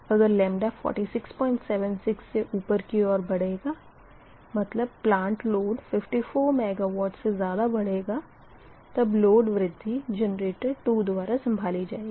अगर 4676 से ऊपर की ओर बढ़ेगा मतलब प्लांट लोड 54 MW से ज़्यादा बढ़ेगी तब लोड वृद्धि जेनरेटर 2 द्वारा संभाला जाएगा